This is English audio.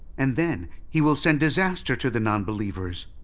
and then he will send disaster to the non-believers.